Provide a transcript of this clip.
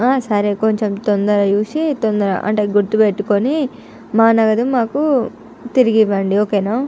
సరే కొంచం తొందర చూసి తొందర అంటే గుర్తు పెట్టుకొని మా నగదు మాకు తిరిగి ఇవ్వండి ఓకేనా